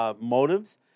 motives